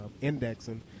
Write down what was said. indexing